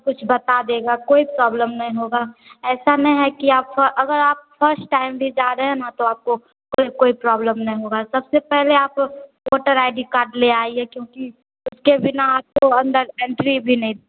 सबकुछ बता देगा कोई प्रॉबलम नहीं होगा ऐसा नहीं है की आपको अगर आप फर्स्ट टाइम भी जा रहे हैं न तो आपको कोई प्रॉब्लेम नहीं होगा सबसे पहले आप वोटर आई डी कार्ड ले आइए क्योंकि उसके बिना आपको अंदर एंट्री भी नहीं मिलेगा